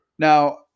Now